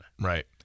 Right